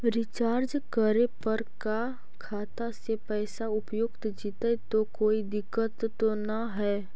Recharge करे पर का खाता से पैसा उपयुक्त जितै तो कोई दिक्कत तो ना है?